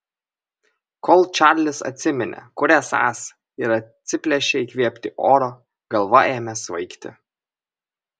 kol čarlis atsiminė kur esąs ir atsiplėšė įkvėpti oro galva ėmė svaigti